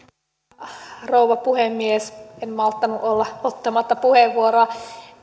arvoisa rouva puhemies en malttanut olla ottamatta puheenvuoroa